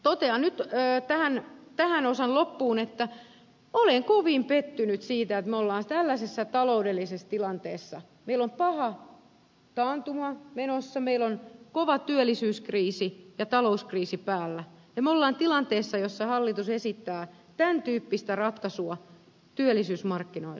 totean nyt tämän osan loppuun että olen kovin pettynyt siitä että tällaisessa taloudellisessa tilanteessa meillä on paha taantuma menossa meillä on kova työllisyyskriisi ja talouskriisi päällä me olemme tilanteessa jossa hallitus esittää tämän tyyppistä ratkaisua työllisyysmarkkinoille